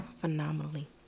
phenomenally